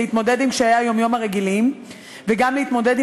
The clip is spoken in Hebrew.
להתמודד עם קשיי היום-יום הרגילים וגם להתמודד עם